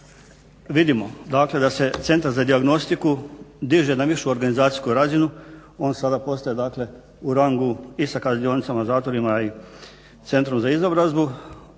dakle da se Centar za dijagnostiku diže na višu organizacijsku razinu, on sada postaje dakle u rangu i sa kaznionicama, zatvorima i centrom za izobrazbu,